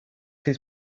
his